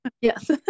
Yes